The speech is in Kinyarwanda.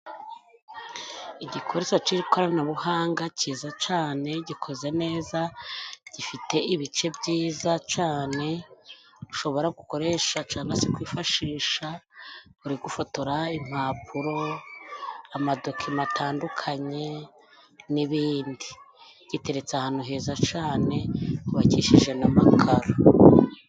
Igikoresho c'ikoranabuhanga ciza cane gikoze neza gifite ibice byiza cane ushobora gukoresha cangwa se kwifashisha uri gufotora impapuro, amadokima atandukanye n'ibindi giteretse ahantu heza cane hubakishije n'amakaro.